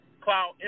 cloud